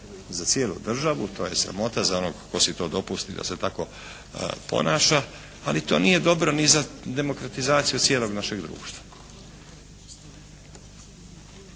za cijelu državu, to je sramota za onog tko si to dopusti da se tako ponaša. Ali to nije dobro ni za demokratizaciju cijelog našeg društva.